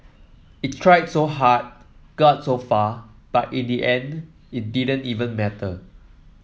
it tried so hard got so far but in the end it didn't even matter